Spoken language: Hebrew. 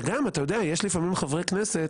וגם, אתה יודע, יש לפעמים חברי כנסת,